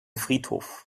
friedhof